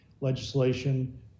legislation